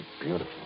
beautiful